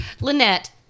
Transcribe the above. Lynette